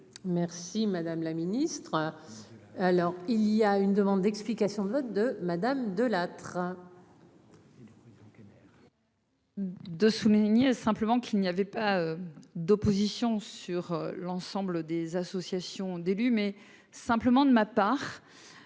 Merci madame la ministre, alors il y a une demande d'explication de vote de madame De Lattre. De souligner simplement qu'il n'y avait pas d'opposition sur l'ensemble des associations d'élus, mais simplement de ma part